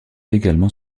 également